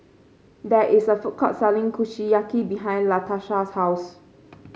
there is a food court selling Kushiyaki behind Latarsha's house